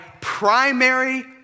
primary